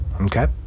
Okay